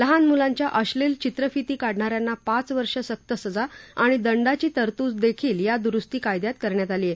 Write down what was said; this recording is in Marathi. लहान मुलांच्या अशलील चित्रफिती काढणाऱ्यांना पाच वर्ष सक्त सजा आणि दंडाची तरतूद देखील या दुरस्ती कायद्यात करण्यात आली आहे